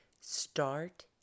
Start